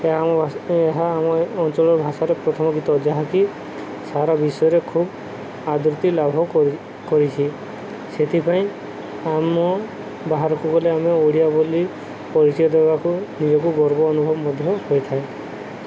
ଏହା ଆମ ଭ ଏହା ଆମ ଅଞ୍ଚଳର ଭାଷାରେ ପ୍ରଥମ ଗୀତ ଯାହାକି ସାରା ବିଶ୍ୱରେ ଖୁବ ଆଦୃତି ଲାଭ କରି କରିଛି ସେଥିପାଇଁ ଆମ ବାହାରକୁ ଗଲେ ଆମେ ଓଡ଼ିଆ ବୋଲି ପରିଚୟ ଦେବାକୁ ନିଜକୁ ଗର୍ବ ଅନୁଭବ ମଧ୍ୟ ହୋଇଥାଏ